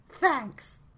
thanks